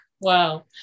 Wow